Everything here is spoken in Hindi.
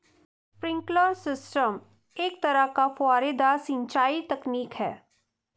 स्प्रिंकलर सिस्टम एक तरह का फुहारेदार सिंचाई तकनीक है